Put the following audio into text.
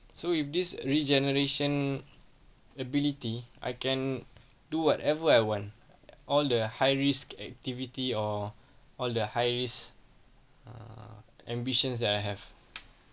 so if this regeneration ability I can do whatever I want all the high risk activity or all the high risk uh ambitions that I have